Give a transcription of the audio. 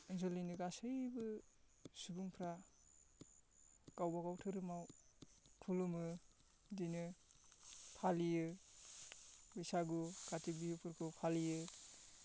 ओनसोलनिनो गासैबो सुबुंफ्रा गावबागाव धोरोमाव खुलुमो बिदिनो फालियो बैसागु कातिक बिहुफोरखौ फालियो